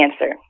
answer